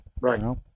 Right